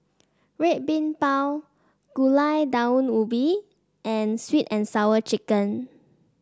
Red Bean Bao Gulai Daun Ubi and sweet and Sour Chicken